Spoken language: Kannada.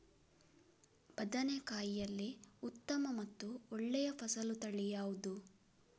ಬದನೆಕಾಯಿಯಲ್ಲಿ ಉತ್ತಮ ಮತ್ತು ಒಳ್ಳೆಯ ಫಸಲು ತಳಿ ಯಾವ್ದು?